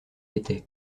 était